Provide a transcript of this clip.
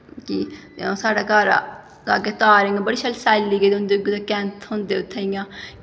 कि साढ़े घर लाग्गै धार इ'यां बड़ी शैल होंदी कैंथ होंदा उत्थें इ'यां